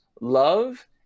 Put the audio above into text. love